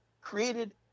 created